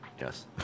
Yes